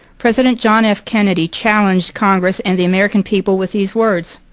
president john f. kennedy challenged congress and the american people with these words,